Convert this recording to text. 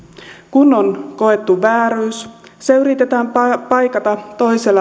kun on koettu vääryys se yritetään paikata toisella vääryydellä